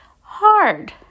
hard